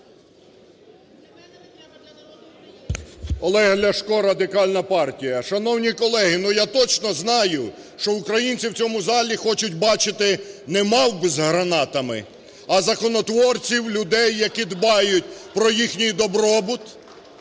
Олег Ляшко, Радикальна партія. Шановні колеги, ну, я точно знаю, що українці в цьому залі хочуть бачити не мавп з гранатами, а законотворців, людей, які дбають про їхній добробут